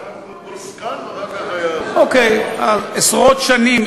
היה זְקַן, ואחר כך היה, אוקיי, עשרות שנים.